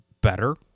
better